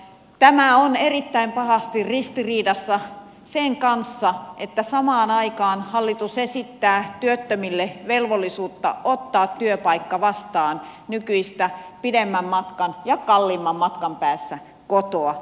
tämä on erittäin pahasti ristiriidassa sen kanssa että samaan aikaan hallitus esittää työttömille velvollisuutta ottaa työpaikka vastaan nykyistä pidemmän matkan ja kalliimman matkan päästä kotoa